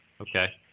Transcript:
okay